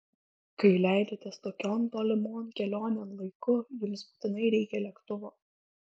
kai leidžiatės tokion tolimon kelionėn laiku jums būtinai reikia lėktuvo